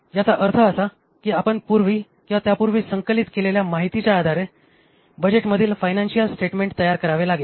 तर याचा अर्थ असा की आपण पूर्वी किंवा त्यापूर्वी संकलित केलेल्या माहितीच्या आधारे बजेटमधील फायनान्शिअल स्टेटमेंट तयार करावे लागेल